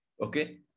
Okay